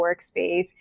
workspace